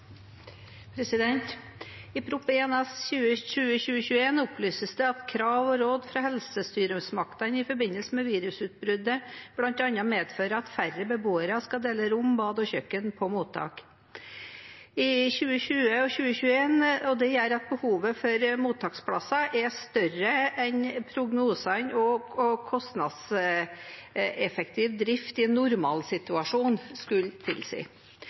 I Prop. 1 S for 2020–2021 opplyses det at krav og råd fra helsestyresmaktene i forbindelse med virusutbruddet bl.a. medfører at færre beboere skal dele rom, bad og kjøkken på mottak. Det gjør at behovet for mottaksplasser er større enn hva prognosene og kostnadseffektiv drift i en normalsituasjon skulle tilsi.